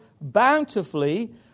bountifully